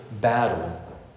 battle